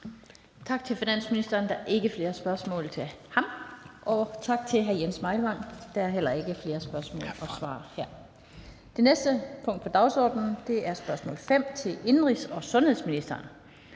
Tak til finansministeren. Der er ikke flere spørgsmål til ham. Og tak til hr. Jens Meilvang. Der er heller ikke flere spørgsmål og svar her. Det næste spørgsmål under dagsordenspunktet er spørgsmål nr. 5 til indenrigs- og sundhedsministeren.